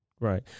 Right